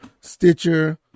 Stitcher